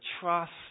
trust